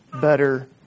better